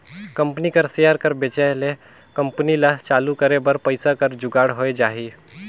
company कर share कर बेंचाए ले कंपनी ल चालू करे बर पइसा कर जुगाड़ होए जाही